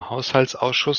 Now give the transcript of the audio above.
haushaltsausschuss